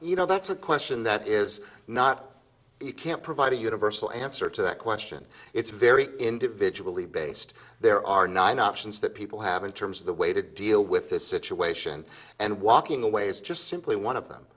you know that's a question that is not you can't provide a universal answer to that question it's very individually based there are nine options that people have in terms of the way to deal with this situation and walking away is just simply one of them